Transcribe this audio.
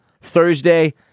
Thursday